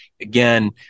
Again